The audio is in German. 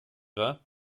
wahr